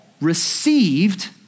received